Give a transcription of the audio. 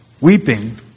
weeping